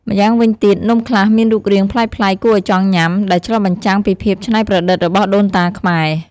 ម្យ៉ាងវិញទៀត នំខ្លះមានរូបរាងប្លែកៗគួរឲ្យចង់ញ៉ាំ ដែលឆ្លុះបញ្ចាំងពីភាពច្នៃប្រឌិតរបស់ដូនតាខ្មែរ។